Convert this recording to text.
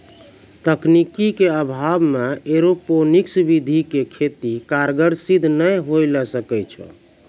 तकनीकी ज्ञान के अभाव मॅ एरोपोनिक्स विधि के खेती कारगर सिद्ध नाय होय ल सकै छो